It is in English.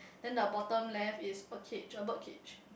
then the bottom left is a cage a bird cage